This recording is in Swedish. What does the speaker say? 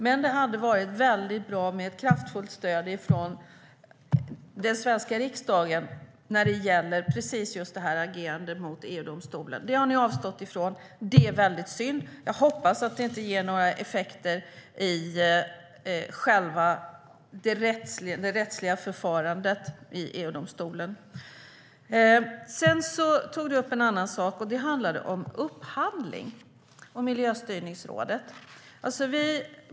Men det hade varit bra med ett kraftfullt stöd från den svenska riksdagen när det gäller just detta agerande mot EU-domstolen. Det har ni avstått ifrån. Det är synd. Jag hoppas att det inte ger några effekter i själva det rättsliga förfarandet i EU-domstolen. Johan Büser tog upp ännu en sak. Det handlade om upphandling av Miljöstyrningsrådet.